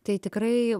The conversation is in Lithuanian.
tai tikrai